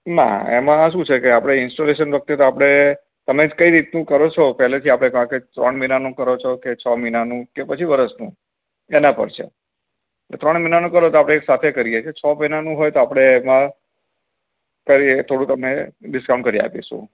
ના એમાં શું છેકે આપળે ઈન્સ્ટોલેશન વખતે તો આપળે તમેજ કઈ રીતનું કરો છો પેલેથી આપળે કાક એક ત્રણ મઇનાનું કરો છો કે છ મઇનાનું કે પછી વરસનું એના પર છે ને ત્રણ મઇનાનું કરો તો આપળે એકસાથે કરીએ છીએ છો મઇનાનું હોય તો આપળે એમાં કરીએ થોંળુંક અમે ડિસ્કાઉન્ટ કરી આપીસુ